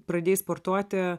pradėjai sportuoti